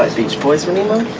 beach boys, wouldn't